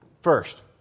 First